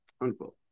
unquote